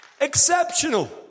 Exceptional